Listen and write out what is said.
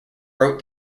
wrote